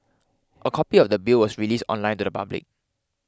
a copy of the Bill was released online to the public